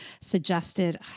suggested